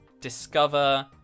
discover